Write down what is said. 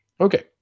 Okay